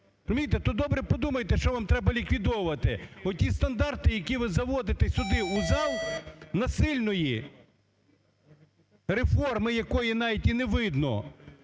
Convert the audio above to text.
Розумієте, то добре подумайте, що вам треба ліквідовувати, оті стандарти, які ви заводити сюди у зал насильної реформи, якої навіть і не видно,